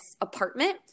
apartment